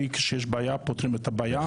כשיש בעיה, פותרים את הבעיה.